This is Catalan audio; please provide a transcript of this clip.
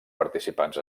participants